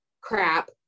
crap